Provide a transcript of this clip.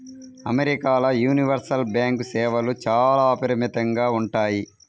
అమెరికాల universal bank సేవలు చాలా అపరిమితంగా ఉంటాయి